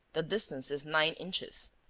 the distance is nine inches.